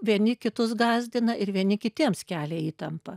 vieni kitus gąsdina ir vieni kitiems kelia įtampą